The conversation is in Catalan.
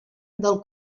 del